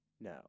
No